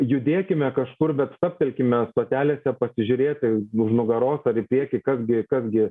judėkime kažkur bet stabtelikme stotelėse pasižiūrėti už nugaros ar į priekį kas gi kas gi